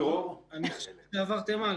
אני נציג מינהל האוכלוסין במתפ"ש.